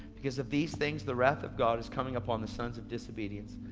because of these things the wrath of god is coming upon the sons of disobedience.